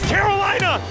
Carolina